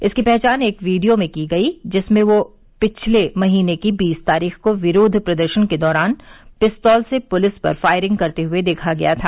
इसकी पहचान एक वीडियो में की गई जिसमें वह पिछले महीने की बीस तारीख को विरोध प्रदर्शन के दौरान पिस्तौल से पुलिस पर फायरिंग करते हए देखा गया था